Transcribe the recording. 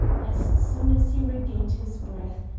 as soon as he regained his breath,